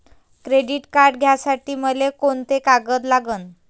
Credit card घ्यासाठी मले कोंते कागद लागन?